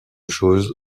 choses